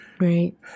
Right